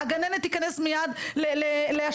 הגננת תיכנס מיד להשעיה.